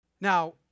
Now